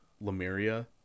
Lemuria